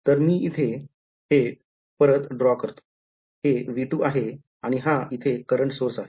तर मी हे परत इथे draw करतो हे V2 आहे आणि हा इथे करंट source आहे